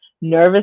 nervous